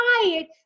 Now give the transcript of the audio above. quiet